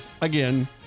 again